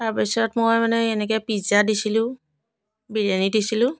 তাৰপিছত মই মানে এনেকৈ পিজা দিছিলোঁ বিৰিয়ানী দিছিলোঁ